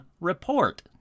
report